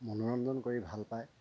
মনোৰঞ্জন কৰি ভাল পায়